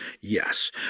Yes